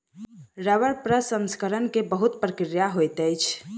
रबड़ प्रसंस्करण के बहुत प्रक्रिया होइत अछि